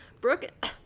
Brooke